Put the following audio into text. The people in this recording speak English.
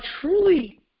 truly